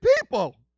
people